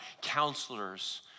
counselors